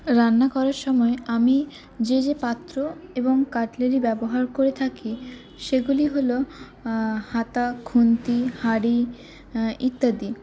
রান্না করার সময় আমি যে যে পাত্র এবং কাটলারি ব্যবহার করে থাকি সেগুলি হল হাতা খুন্তি হাঁড়ি ইত্যাদি